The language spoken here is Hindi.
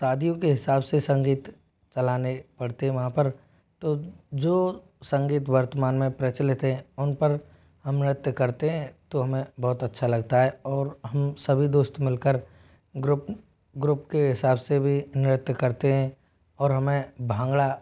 सादियों के हिसाब से संगीत चलाने पड़ते हैं वहाँ पर तो जो संगीत वर्तमान में प्रचलित हैं उन पर हम नृत्य करते हैं तो हमें बहुत अच्छा लगता हैं और हम सभी दोस्त मिल कर ग्रुप ग्रुप के हिसाब से भी नृत्य करते हैं और हमें भांगड़ा